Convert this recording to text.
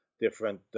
different